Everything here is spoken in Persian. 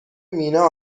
مینا